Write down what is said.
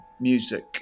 music